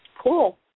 Cool